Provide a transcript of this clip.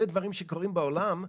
אלה דברים שקורים בעולם,